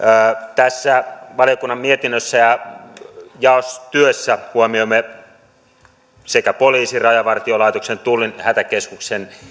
tässä valiokunnan mietinnössä ja jaostyössä huomioimme poliisin rajavartiolaitoksen tullin hätäkeskuksen